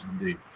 indeed